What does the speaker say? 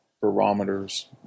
barometers